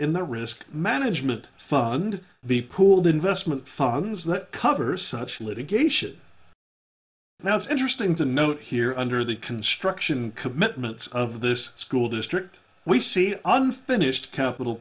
in the risk management fund the pooled investment funds that covers litigation now it's interesting to note here under the construction commitments of this school district we see unfinished capital